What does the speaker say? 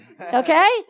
Okay